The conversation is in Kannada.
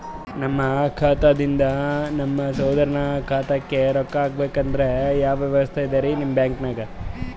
ನಮ್ಮ ಖಾತಾದಿಂದ ನಮ್ಮ ಸಹೋದರನ ಖಾತಾಕ್ಕಾ ರೊಕ್ಕಾ ಹಾಕ್ಬೇಕಂದ್ರ ಯಾವ ವ್ಯವಸ್ಥೆ ಇದರೀ ನಿಮ್ಮ ಬ್ಯಾಂಕ್ನಾಗ?